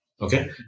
Okay